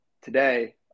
today